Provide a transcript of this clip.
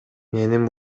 менин